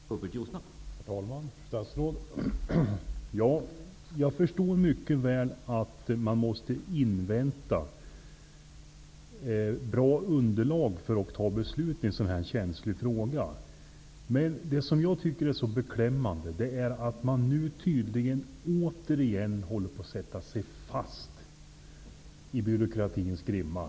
Herr talman! Fru statsråd! Jag förstår mycket väl att man måste invänta bra underlag för att kunna fatta beslut i en sådan här känslig fråga. Men det som är så beklämmande är att man nu tydligen återigen håller på att sätta sig fast i byråkratins grimma.